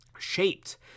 shaped